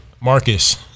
Marcus